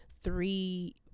three